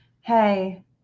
hey